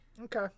Okay